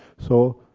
so,